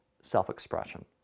self-expression